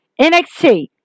NXT